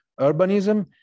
Urbanism